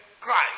Christ